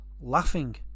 laughing